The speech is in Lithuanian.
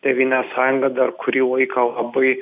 tėvynės sąjunga dar kurį laiką labai